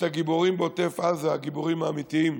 לגיבורים בעוטף עזה, הגיבורים האמיתיים,